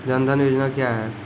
जन धन योजना क्या है?